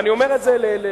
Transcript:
ואני אומר את זה לשבחכם,